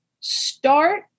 start